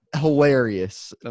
hilarious